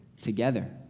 together